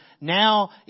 now